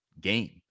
game